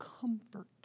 comfort